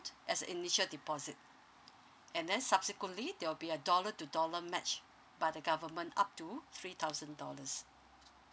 as initial deposit and then subsequently there will be a dollar to dollar match by the government up to three thousand dollars